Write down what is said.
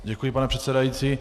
Děkuji, pane předsedající.